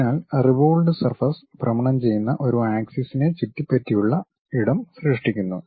അതിനാൽ revolved surface ഭ്രമണം ചെയ്യുന്ന ഒരു ആക്സിസിനെ ചുറ്റിപ്പറ്റിയുള്ള ഇടം സൃഷ്ടിക്കുന്നു